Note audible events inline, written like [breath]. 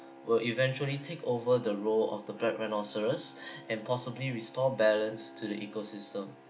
will eventually take over the role of the black rhinoceros [breath] and possibly restore balance to the ecosystem